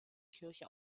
kirche